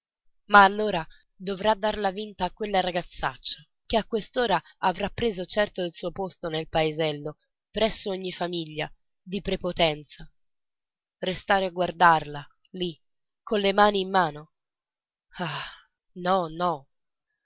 ma allora dovrà darla vinta a quella ragazzaccia che a quest'ora avrà preso certo il suo posto nel paesello presso ogni famiglia di prepotenza restare a guardarla lì con le mani in mano ah no no